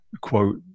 quote